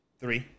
three